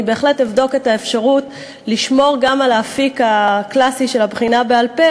אני בהחלט אבדוק את האפשרות לשמור גם על האפיק הקלאסי של הבחינה בעל-פה